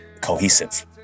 cohesive